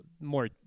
more